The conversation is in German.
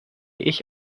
ich